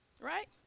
right